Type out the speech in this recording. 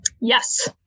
Yes